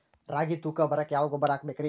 ರಾಗಿ ತೂಕ ಬರಕ್ಕ ಯಾವ ಗೊಬ್ಬರ ಹಾಕಬೇಕ್ರಿ?